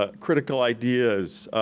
ah critical ideas,